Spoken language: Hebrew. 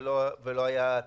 ולא היה תקציב,